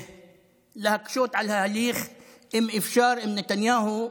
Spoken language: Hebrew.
ולהקשות על ההליך אם אפשר עם נתניהו,